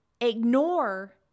ignore